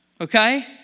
okay